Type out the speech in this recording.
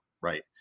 right